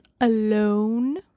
alone